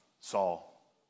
Saul